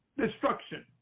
destruction